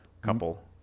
couple